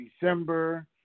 December